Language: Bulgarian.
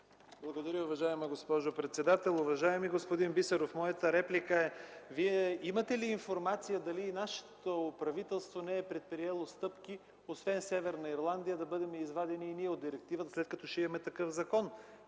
Благодаря, уважаема госпожо председател. Уважаеми господин Бисеров, моята реплика е: Вие имате ли информация дали нашето правителство не е предприело стъпки, освен Северна Ирландия, да бъдем извадени и ние от директивата, след като ще имаме такъв закон?